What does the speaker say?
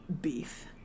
beef